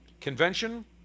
convention